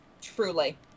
Truly